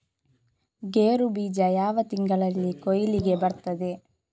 ಗೇರು ಬೀಜ ಯಾವ ತಿಂಗಳಲ್ಲಿ ಕೊಯ್ಲಿಗೆ ಬರ್ತದೆ?